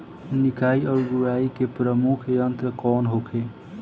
निकाई और गुड़ाई के प्रमुख यंत्र कौन होखे?